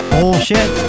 Bullshit